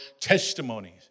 testimonies